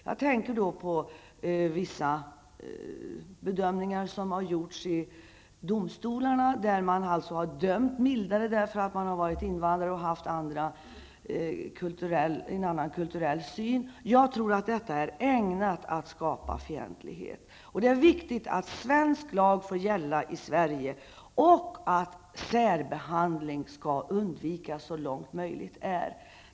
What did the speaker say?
Jag tänker på vissa bedömningar som har gjorts i domstolarna, där man har dömt mildare för att den åtalade har varit invandrare och haft en annan kultursyn. Jag tror att detta är ägnat att skapa fientlighet. Det är viktigt att svensk lag får gälla i Sverige, och att särbehandling skall undvikas så långt möjligt är.